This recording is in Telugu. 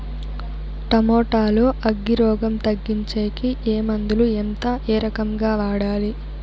టమోటా లో అగ్గి రోగం తగ్గించేకి ఏ మందులు? ఎంత? ఏ రకంగా వాడాలి?